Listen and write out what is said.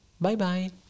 Bye-bye